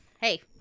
hey